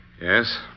Yes